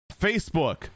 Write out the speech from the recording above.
Facebook